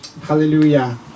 Hallelujah